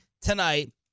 tonight